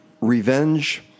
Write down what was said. revenge